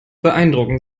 beeindrucken